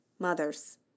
Mothers